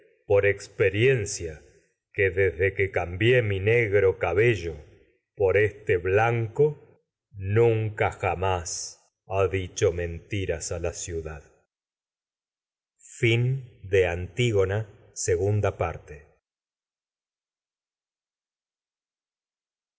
por experiencia por que desde que cambié negro cabello a este blanco nunca jamás ha dicho mentiras la ciudad